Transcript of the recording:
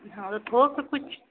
हाँ तो थोक तो कुछ